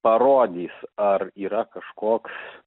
parodys ar yra kažkoks